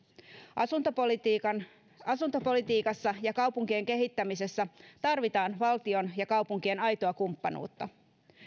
asuntopolitiikassa asuntopolitiikassa ja kaupunkien kehittämisessä tarvitaan valtion ja kaupunkien aitoa kumppanuutta